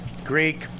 Greek